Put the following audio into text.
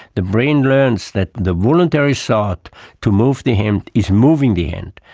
the brain learns that the voluntary thought to move the hand is moving the hand.